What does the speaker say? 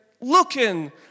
looking